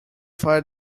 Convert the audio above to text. fire